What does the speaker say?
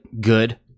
good